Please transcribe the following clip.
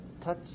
touch